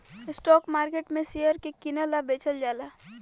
stock market में share के कीनल आ बेचल जाला